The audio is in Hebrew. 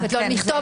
הנקודה